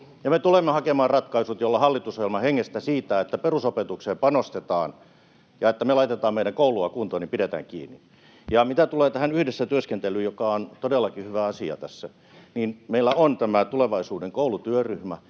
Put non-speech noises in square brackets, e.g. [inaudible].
me tulemme hakemaan ratkaisut, joilla hallitusohjelman hengestä siitä, että perusopetukseen panostetaan ja että me laitetaan meidän kouluamme kuntoon, pidetään kiinni. Mitä tulee yhdessä työskentelyyn, joka on todellakin hyvä asia tässä, [noise] meillä on tulevaisuuden koulu ‑työryhmä,